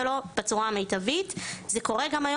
על טופס בקשה לוויתור על אזרחות,